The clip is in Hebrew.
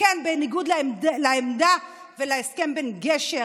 וכן בניגוד לעמדה ולהסכם בן גשר